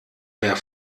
mehr